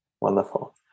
Wonderful